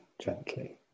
gently